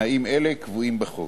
תנאים אלה קבועים בחוק.